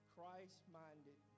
Christ-minded